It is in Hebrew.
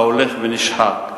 ההולך ונשחק.